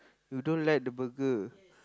you don't like the burger